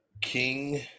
King